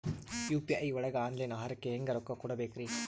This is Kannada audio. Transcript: ಯು.ಪಿ.ಐ ಒಳಗ ಆನ್ಲೈನ್ ಆಹಾರಕ್ಕೆ ಹೆಂಗ್ ರೊಕ್ಕ ಕೊಡಬೇಕ್ರಿ?